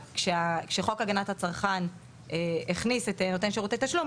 כשחוק הגנת הצרכן הכניס את נותן שירותי תשלום,